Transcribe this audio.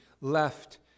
left